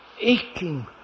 aching